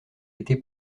été